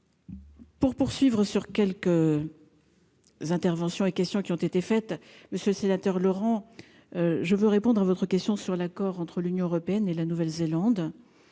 Pour poursuivre sur quelques interventions et questions qui ont été faites, monsieur sénateur Laurent je veux répondre à votre question sur l'accord entre l'Union européenne et la Nouvelle-Zélande,